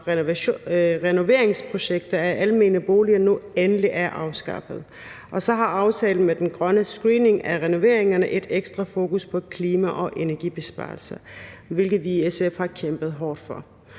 for renoveringsprojekter af almene boliger nu endelig er afskaffet, og så har aftalen med den grønne screening af renoveringerne et ekstra fokus på klima- og energibesparelser, hvilket vi i SF har kæmpet hårdt for.